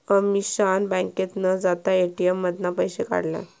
अमीषान बँकेत न जाता ए.टी.एम मधना पैशे काढल्यान